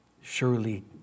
Surely